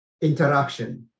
interaction